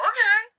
Okay